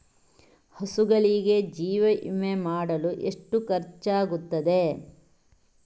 ಹಸುಗಳಿಗೆ ಜೀವ ವಿಮೆ ಮಾಡಲು ಎಷ್ಟು ಖರ್ಚಾಗುತ್ತದೆ?